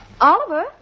Oliver